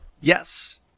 Yes